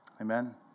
amen